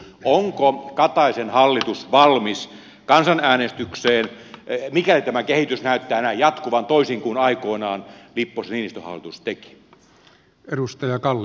onko kataisen hallitus valmis kansanäänestykseen mikäli tämä kehitys näyttää näin jatkuvan toisin kuin aikoinaan lipposen ja niinistön hallitus teki